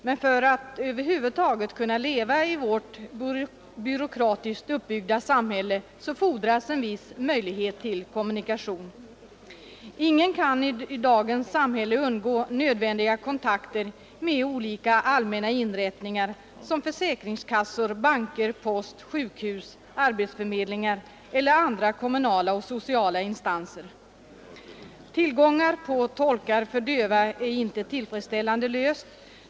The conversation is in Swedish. Men för att över huvud taget kunna leva i vårt byråkratiskt uppbyggda samhälle fordras en viss möjlighet till kommunikation. Ingen kan i dagens samhälle undgå nödvändiga kontakter med olika allmänna inrättningar såsom försäkringskassor, banker, post, sjukhus, arbetsförmedlingar eller kommunala och sociala instanser. Tillgången på tolkar för döva är inte tillfredsställande.